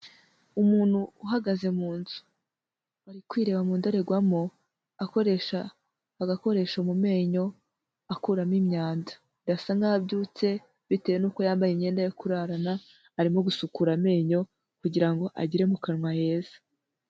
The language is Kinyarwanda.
Umuntu uhagaze mu nzu. Ari kwireba mu ndorerwamo ,akoresha agakoresho mu menyo, akuramo imyanda. Birasa nkaho abyutse ,bitewe nuko yambaye imyenda yo kurarana, arimo gusukura amenyo kugira ngo agire mu kanwa heza.